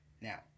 Now